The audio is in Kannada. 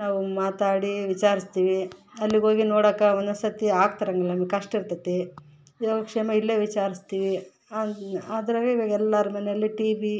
ನಾವು ಮಾತಾಡಿ ವಿಚಾರಿಸ್ತೀವಿ ಅಲ್ಲಿಗೆ ಹೋಗಿ ನೋಡಾಕೆ ಒನ್ನೊಂನ್ಸತಿ ಆಗ್ತಿರೊಂಗಿಲ್ಲ ಕಷ್ಟ ಇರ್ತೈತಿ ಯೋಗಕ್ಷೇಮ ಇಲ್ಲೇ ವಿಚಾರಿಸ್ತೀವಿ ಅದ್ರಾಗೆ ಇವಾಗ ಎಲ್ಲಾರ ಮನೆಯಲ್ಲೂ ಟಿ ವಿ